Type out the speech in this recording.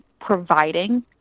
providing